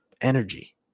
energy